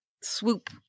swoop